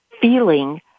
feeling